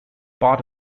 part